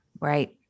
Right